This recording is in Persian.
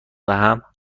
دهم